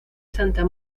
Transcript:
santa